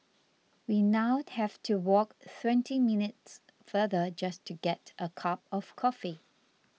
we now have to walk twenty minutes farther just to get a cup of coffee